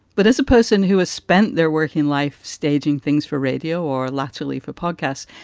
but as a person who has spent their working life staging things for radio or latterly for podcasts,